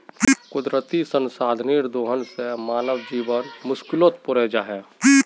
कुदरती संसाधनेर दोहन से मानव जीवन मुश्कीलोत पोरे जाहा